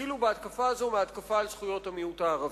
התחילו בהתקפה הזאת בהתקפה על זכויות המיעוט הערבי.